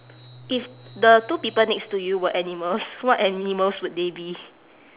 if the two people next to you were animals what animals would they be